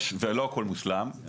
לא הכל מושלם,